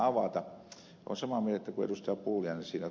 olen samaa mieltä kuin ed